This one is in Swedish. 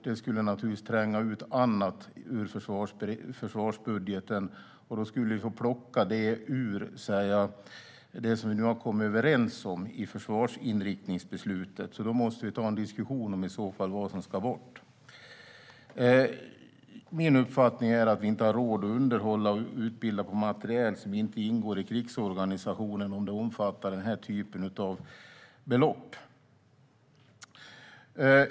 Det skulle naturligtvis tränga ut annat ur försvarsbudgeten, och vi skulle få plocka det ur det som vi nu har kommit överens om i försvarsinriktningsbeslutet. I så fall måste vi ta en diskussion om vad som ska bort. Min uppfattning är att vi inte har råd att underhålla och utbilda på materiel som inte ingår i krigsorganisationen om det omfattar denna typ av belopp.